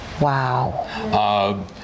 wow